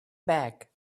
bag